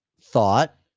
thought